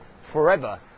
forever